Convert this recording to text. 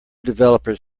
developers